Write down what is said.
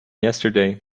yesterday